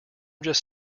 just